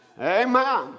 Amen